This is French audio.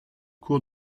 cour